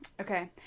Okay